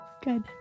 Good